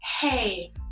hey